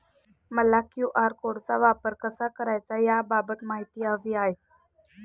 मला क्यू.आर कोडचा वापर कसा करायचा याबाबत माहिती हवी आहे